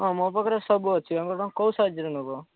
ହଁ ମୋ ପାଖରେ ସବୁ ଅଛି ଆପଣଙ୍କ କେଉଁ ସାଇଜ୍ର ନେବ